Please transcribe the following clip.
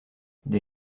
des